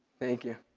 thank you.